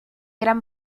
gran